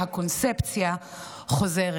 הקונספציה חוזרת.